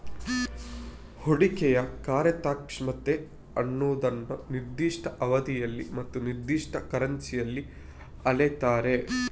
ಹೂಡಿಕೆಯ ಕಾರ್ಯಕ್ಷಮತೆ ಅನ್ನುದನ್ನ ನಿರ್ದಿಷ್ಟ ಅವಧಿಯಲ್ಲಿ ಮತ್ತು ನಿರ್ದಿಷ್ಟ ಕರೆನ್ಸಿಯಲ್ಲಿ ಅಳೀತಾರೆ